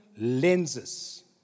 lenses